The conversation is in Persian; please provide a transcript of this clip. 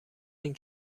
این